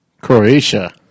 Croatia